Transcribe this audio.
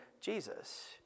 Jesus